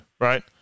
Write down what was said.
right